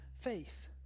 faith